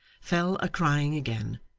fell a-crying again,